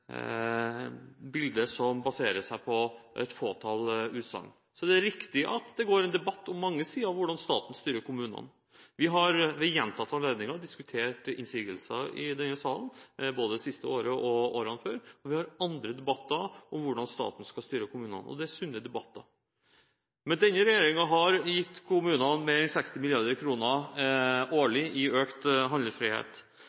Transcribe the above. som baserer seg på et fåtall utsagn. Så er det riktig at det går en debatt om mange sider av hvordan staten styrer kommunene. Vi har ved gjentatte anledninger diskutert innsigelser i denne salen, både i løpet av det siste året og i årene før, men vi har andre debatter om hvordan staten skal styre kommunene – og det er sunne debatter. Denne regjeringen har gitt kommunene mer enn 60